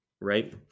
Right